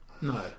No